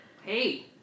hey